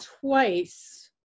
twice